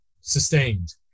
Sustained